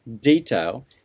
detail